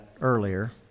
earlier